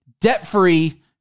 debt-free